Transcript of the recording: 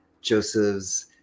Joseph's